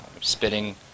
spitting